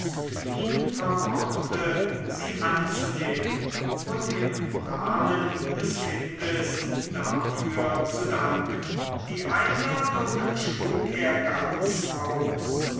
ihn vermochte sie anzunehmen und im namen des kindes dafür zu danken die einladung schlug er ganz aus